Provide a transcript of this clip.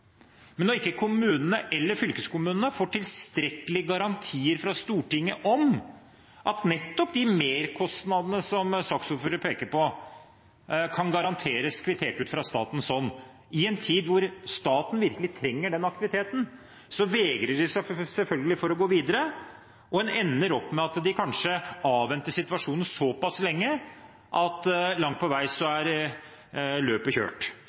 Men når ikke kommunene eller fylkeskommunene får tilstrekkelige garantier fra Stortinget om at nettopp de merkostnadene som saksordføreren peker på, kan kvitteres ut fra statens hånd, i en tid hvor staten virkelig trenger den aktiviteten, så vegrer de seg selvfølgelig for å gå videre. En ender opp med at de kanskje avventer situasjonen såpass lenge at løpet langt på vei er kjørt, eller en har mistet verdifull kompetanse i næringen. Det er